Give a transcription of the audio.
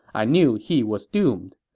i knew he was doomed.